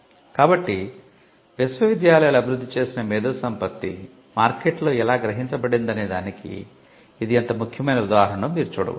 కాబట్టి విశ్వవిద్యాలయాలు అభివృద్ధి చేసిన మేధో సంపత్తి మార్కెట్లో ఎలా గ్రహించబడిందనేదానికి ఇది ఎంత ముఖ్యమైన ఉదాహరణో మీరు చూడవచ్చు